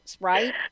right